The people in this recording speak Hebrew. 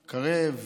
קרב,